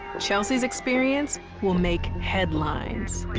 chelsea's experience will make headlines.